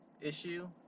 issue